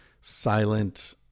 silent